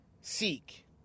Seek